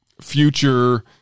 future